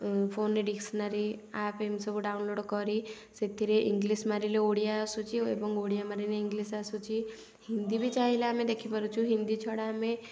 ଫୋନରେ dictionary app ଏମିତି ସବୁ ଡାଉନଲୋଡ଼ କରି ସେଥିରେ ଇଂଗ୍ଲିଶ ମାରିଲେ ଓଡ଼ିଆ ଆସୁଛି ଏବଂ ଓଡ଼ିଆ ମାରିଲେ ଇଂଗ୍ଲିଶ ଆସୁଛି ହିନ୍ଦୀ ବି ଚାହିଁଲେ ଆମେ ଦେଖିପାରୁଛୁ ହିନ୍ଦୀ ଛଡ଼ା ଆମେ